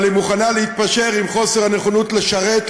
אבל היא מוכנה להתפשר עם חוסר הנכונות לשרת,